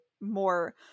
more